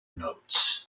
notes